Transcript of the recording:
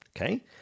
Okay